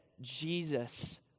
Jesus